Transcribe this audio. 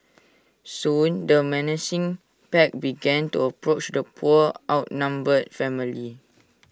soon the menacing pack began to approach the poor outnumbered family